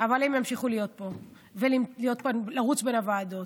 אבל הם ימשיכו להיות פה ולרוץ בין הוועדות,